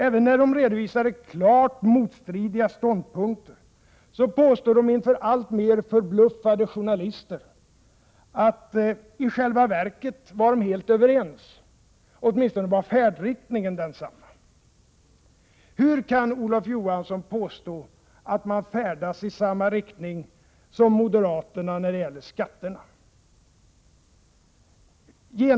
Även när de redovisade klart motstridiga ståndpunkter påstod de inför alltmer förbluffade journalister att i själva verket var de helt överens, åtminstone var färdriktningen densamma. Hur kan Olof Johansson påstå att hans parti färdas i samma riktning som moderaterna när det gäller skatterna?